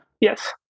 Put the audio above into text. Yes